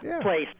place